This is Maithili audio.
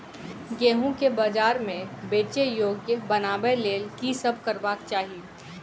गेंहूँ केँ बजार मे बेचै योग्य बनाबय लेल की सब करबाक चाहि?